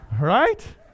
Right